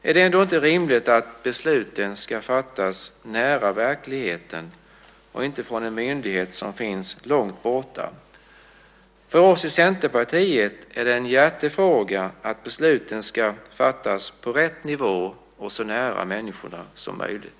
Är det ändå inte rimligt att besluten ska fattas nära verkligheten och inte från en myndighet som finns långt borta? För oss i Centerpartiet är det en hjärtefråga att besluten ska fattas på rätt nivå och så nära människorna som möjligt.